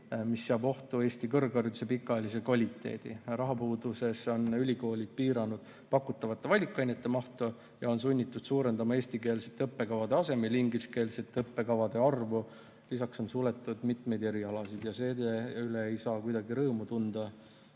mis seab ohtu Eesti kõrghariduse pikaajalise kvaliteedi. Rahapuuduses on ülikoolid piiranud pakutavate valikainete mahtu ja on olnud sunnitud suurendama eestikeelsete õppekavade asemel ingliskeelsete õppekavade arvu. Lisaks on suletud mitmeid erialasid. Selle üle ei saa kuidagi rõõmu tunda,